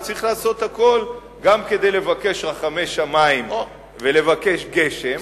וצריך לעשות הכול גם כדי לבקש רחמי שמים ולבקש גשם,